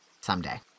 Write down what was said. someday